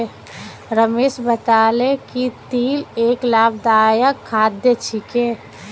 रमेश बताले कि तिल एक लाभदायक खाद्य छिके